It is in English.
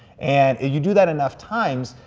and you do that enough times,